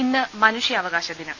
ഇന്ന് മനുഷ്യാവകാശദിനം